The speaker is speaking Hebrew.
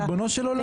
ריבונו של עולם.